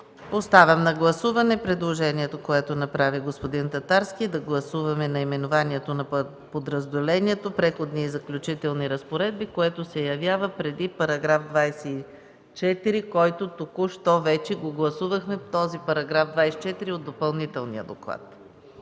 Поставям на гласуване предложението, което направи господин Татарски – да гласуваме наименованието на подразделението „Преходни и заключителни разпоредби”, което се явява преди § 24, който току-що вече гласувахме от допълнителния доклад,